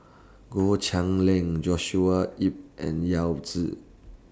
Goh Cheng Liang Joshua Ip and Yao Zi